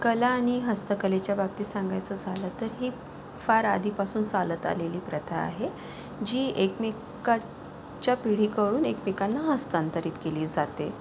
कला आणि हस्तकलेच्या बाबतीत सांगायचं झालं तर ही फार आधीपासून चालत आलेली प्रथा आहे जी एकमेकाच्या पिढीकडून एकमेकांना हस्तांतरित केली जाते